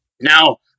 Now